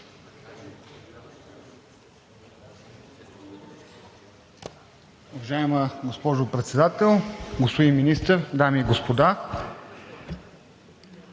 Добре,